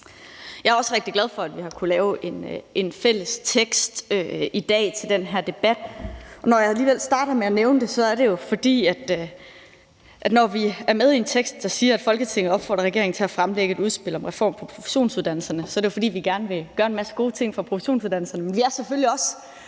Jeg er også rigtig glad for, at vi i dag har kunnet lave en fælles vedtagelsestekst til den her debat, og når jeg alligevel starter med at nævne det, så er det jo, fordi vi i Radikale Venstre, når vi er med i en vedtagelsestekst, der siger, at Folketinget opfordrer regeringen til at fremlægge et udspil om en reform på professionsuddannelserne, gerne vil gøre en masse gode ting for professionsuddannelserne, men vi er selvfølgelig også